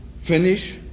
finish